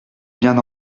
bien